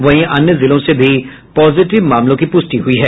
वहीं अन्य जिलों से भी पॉजिटिव मामलों की पुष्टि हुई है